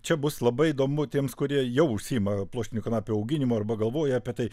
čia bus labai įdomu tiems kurie jau užsiima pluoštinių kanapių auginimu arba galvoja apie tai